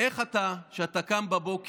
איך אתה, כשאתה קם בבוקר,